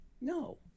No